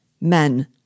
Men